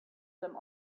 them